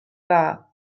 dda